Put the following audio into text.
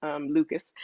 Lucas